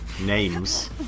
names